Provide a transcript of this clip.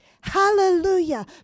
Hallelujah